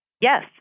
Yes